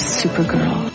supergirl